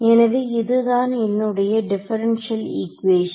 எனவே இதுதான் என்னுடைய டிபரன்ஷியல் ஈக்குவேசன்